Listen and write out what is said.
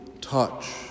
touch